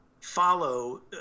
follow